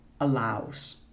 allows